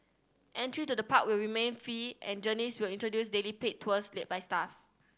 entry to the park will remain free and Journeys will introduce daily paid tours led by staff